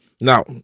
Now